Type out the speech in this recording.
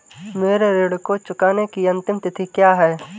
मेरे ऋण को चुकाने की अंतिम तिथि क्या है?